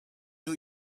new